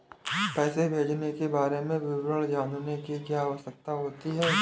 पैसे भेजने के बारे में विवरण जानने की क्या आवश्यकता होती है?